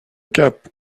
cap